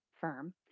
firm